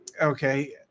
Okay